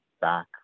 back